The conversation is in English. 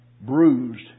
bruised